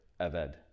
aved